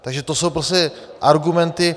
Takže to jsou argumenty...